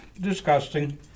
Disgusting